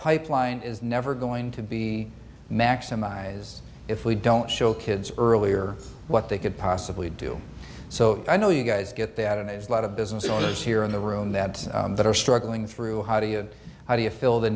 pipeline is never going to be maximized if we don't show kids earlier what they could possibly do so i know you guys get that in as lot of business owners here in the room that are struggling through how do you how do you fill the